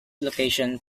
location